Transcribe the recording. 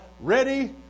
ready